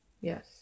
yes